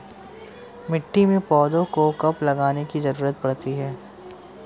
मिट्टी में पौधों को कब लगाने की ज़रूरत पड़ती है?